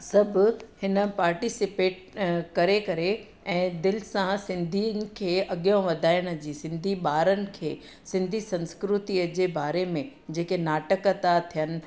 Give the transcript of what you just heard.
सभु हिन पार्टिसिपेट करे करे ऐं दिलि सां सिंधियुनि खे अॻियां वधाइण जी सिंधी ॿारनि खे सिंधी संस्कृतीअ जे बारे में जेके नाटक था थियनि